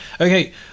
Okay